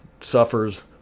suffers